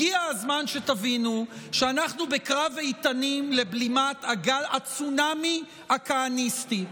הגיע הזמן שתבינו שאנחנו בקרב איתנים לבלימת הצונאמי הכהניסטי,